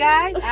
Guys